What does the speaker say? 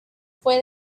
fue